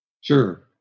Sure